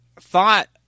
thought